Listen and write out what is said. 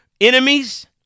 enemies